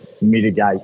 mitigate